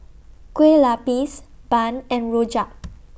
Kue Lupis Bun and Rojak